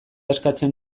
eskatzen